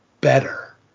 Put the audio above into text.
better